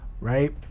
right